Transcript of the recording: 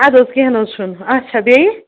اَدٕ حظ کیٚنٛہہ نہٕ حظ چھُنہٕ اچھا بیٚیہِ